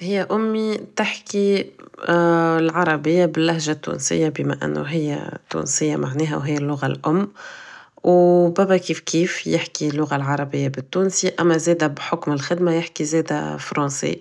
هي امي تحكي العربية بلهجة تونسية بما انو هي تونسية معناها و هي اللغة الام و بابا كيفكيف يحكي اللغة العربية بتونسي اما زادا بحكم الخدمة يحكي زادا فرونسي